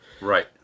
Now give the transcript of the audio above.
right